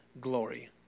glory